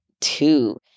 two